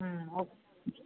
okay